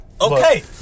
Okay